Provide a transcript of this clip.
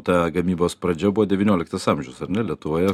ta gamybos pradžia buvo devynioliktas amžiaus ar ne lietuvoje